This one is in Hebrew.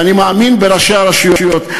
ואני מאמין בראשי הרשויות.